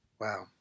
Wow